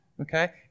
Okay